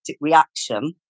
reaction